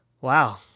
Wow